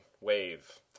Wave